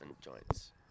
joints